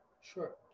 Sure